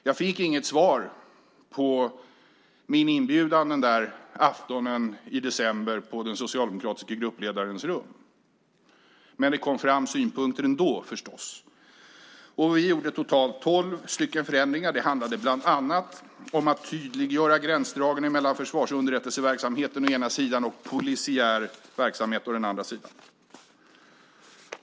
Jag fick inget svar på min inbjudan den där aftonen i december på den socialdemokratiska gruppledarens rum, men det kom förstås fram synpunkter ändå. Vi gjorde totalt tolv förändringar. Det handlade bland annat om att tydliggöra gränsdragningen mellan försvarsunderrättelseverksamhet å ena sidan och polisiär verksamhet å den andra sidan.